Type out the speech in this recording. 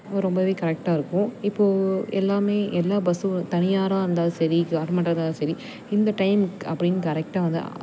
ஓ ரொம்பவே கரெக்டாக இருக்கும் இப்போ எல்லாமே எல்லா பஸ்ஸும் தனியாராக இருந்தாலும் சரி கவர்மெண்டாக இருந்தாலும் சரி இந்த டைமுக்கு அப்படின்னு கரெக்டாக வந்து